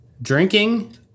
Drinking